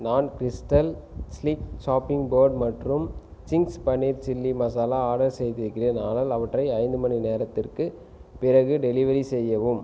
நான் crystal sleek chopping board மற்றும் sinks paneer chilli masala order செய்திருக்கிறேன் ஆனால் அவற்றை ஐந்து மணி நேரத்துக்குப் பிறகு டெலிவரி செய்யவும்